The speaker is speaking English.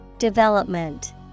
Development